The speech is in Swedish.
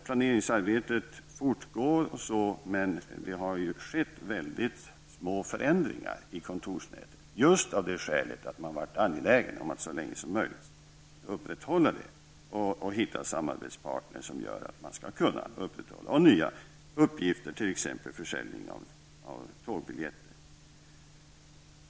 Planeringsarbetet fortgår, men det har skett små förändringar i kontorsnätet. Det är just av skälet att man varit angelägen om att så länge som möjligt upprätthålla nätet och hitta samarbetspartner för nya uppgifter som t.ex. försäljning av tågbiljetter.